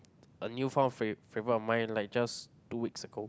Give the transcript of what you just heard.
a new found fav~ favourite of mine like just two weeks ago